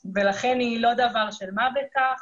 לכן היא לא דבר של מה בכך.